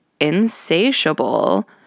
Insatiable